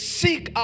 seek